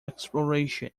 exploration